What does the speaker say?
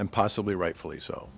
and possibly rightfully so